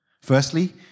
Firstly